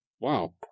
Wow